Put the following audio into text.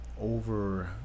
over